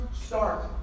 start